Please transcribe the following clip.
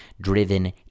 driven